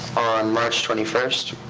on march twenty first,